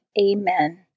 Amen